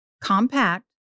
compact